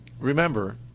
Remember